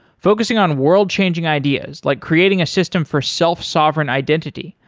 focusing on world-changing ideas like creating a system for self-sovereign identity,